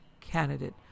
candidate